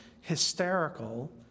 hysterical